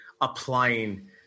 applying